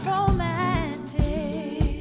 Romantic